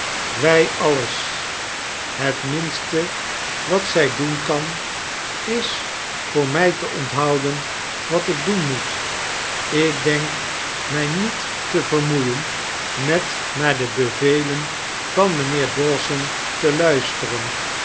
wrj alles het minste wat fej doen kan is voor nirj te onthouden wat ik idoen moet ik denk mjj met te vermoeien met naar de bevelen van mijnheer dawson te luisteiren